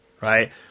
right